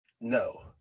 No